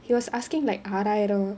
he was asking like ஆறு ஆயிரம்:aaru aayiram